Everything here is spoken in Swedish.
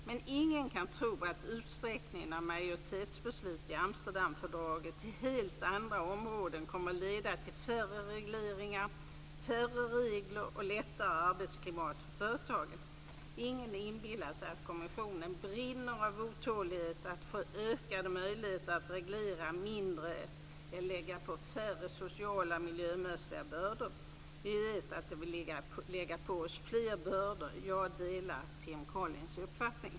Men ingen kan tro att utsträckningen av majoritetsbeslut i Amsterdamfördraget till helt andra områden kommer att leda till färre regleringar, färre regler och lättare arbetsklimat för företagen. Ingen inbillar sig att kommissionen brinner av otålighet att få ökade möjligheter att reglera mindre eller att lägga på färre sociala och miljömässiga bördor. Vi vet att de vill lägga på oss fler bördor. - Jag delar Tim Collins uppfattning.